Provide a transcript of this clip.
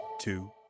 two